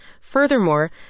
Furthermore